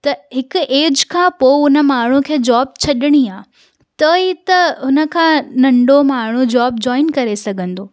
त हिक एज खां पोइ हुन माण्हूअ खे जॉब छॾिणी आहे त ई त हुन खां नंढो माण्हू जॉब जॉइन करे सघंदो